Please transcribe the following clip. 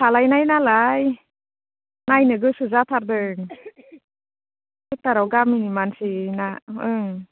थालायनाय नालाय नायनो गोसो जाथारदों थियाटाराव गामिनि मानसि ना ओं